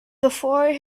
before